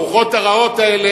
הרוחות הרעות האלה,